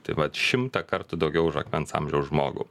tai vat šimtą kartų daugiau už akmens amžiaus žmogų